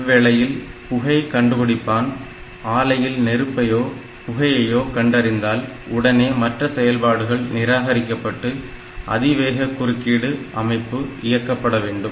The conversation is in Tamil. இவ்வேளையில் புகை கண்டுபிடிப்பான் ஆலையில் நெருப்பையோ புகையையோ கண்டறிந்தால் உடனே மற்ற செயல்பாடுகள் நிராகரிக்கப்பட்டு அதிவேக குறுக்கீடு அமைப்பு இயக்கப்பட வேண்டும்